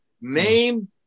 Name